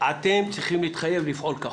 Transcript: אתם צריכים להתחייב לפעול כחוק.